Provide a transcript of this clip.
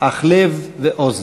אך לב ואוזן.